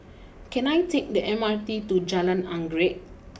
can I take the M R T to Jalan Anggerek